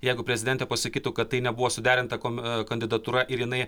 jeigu prezidentė pasakytų kad tai nebuvo suderinta kom kandidatūra ir jinai